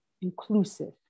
inclusive